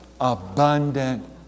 abundant